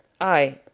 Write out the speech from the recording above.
I